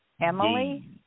Emily